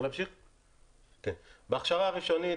ההכשרה הראשונית,